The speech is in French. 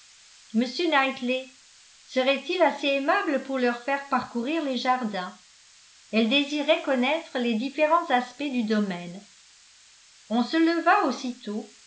m knightley serait-il assez aimable pour leur faire parcourir les jardins elle désirait connaître les différents aspects du domaine on se leva aussitôt